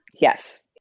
Yes